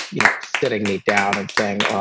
you know, sitting me down and saying,